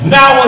Now